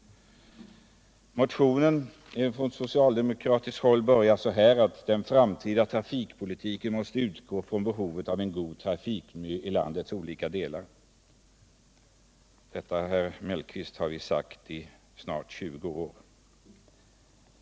Den socialdemokratiska motionen börjar så här: ”Den framtida trafikpolitiken måste utgå från behovet av en god trafikmiljö i landets olika delar.” Detta, herr Mellqvist, har vi sagt i snart 20 år.